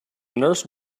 nurse